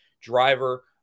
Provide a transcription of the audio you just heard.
driver